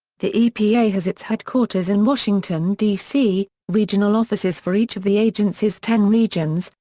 the epa has its headquarters in washington, d c, regional offices for each of the agency's ten regions,